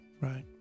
right